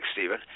Stephen